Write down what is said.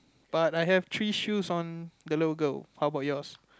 but I have three shoes on the logo how about yours